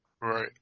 Right